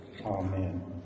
amen